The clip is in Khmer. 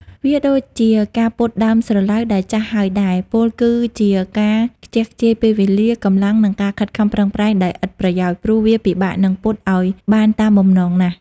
វាដូចជាការពត់ដើមស្រឡៅដែលចាស់ហើយដែរ ពោលគឺជាការខ្ជះខ្ជាយពេលវេលា កម្លាំង និងការខិតខំប្រឹងប្រែងដោយឥតប្រយោជន៍ ព្រោះវាពិបាកនឹងពត់ឱ្យបានតាមបំណងណាស់។